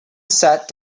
sat